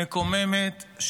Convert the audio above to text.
מקוממת,